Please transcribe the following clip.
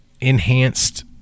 enhanced